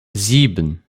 sieben